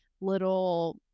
little